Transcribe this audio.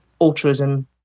altruism